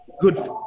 good